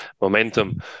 momentum